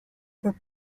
were